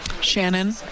Shannon